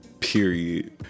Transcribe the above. period